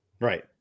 Right